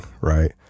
right